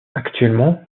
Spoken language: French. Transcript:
actuellement